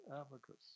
advocates